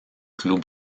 club